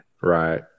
Right